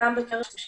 בקרב נשים